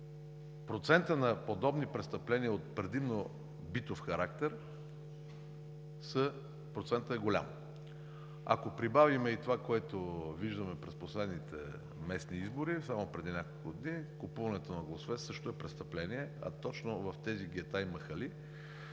процентът на подобни престъпления от предимно битов характер е голям. Ако прибавим и това, което виждаме през последните местни избори само преди няколко дни, купуването на гласове също е престъпление, а точно в тези гета и махали